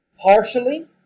partially